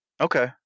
Okay